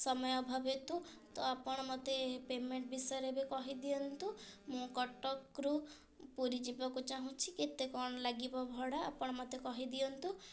ସମୟ ଅଭାବ ହେତୁ ତ ଆପଣ ମତେ ପେମେଣ୍ଟ୍ ବିଷୟରେ ବି କହିଦିଅନ୍ତୁ ମୁଁ କଟକରୁ ପୁରୀ ଯିବାକୁ ଚାହୁଁଛି କେତେ କ'ଣ ଲାଗିବ ଭଡ଼ା ଆପଣ ମତେ କହିଦିଅନ୍ତୁ